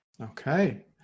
Okay